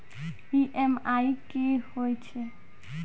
EMI कि होय छै?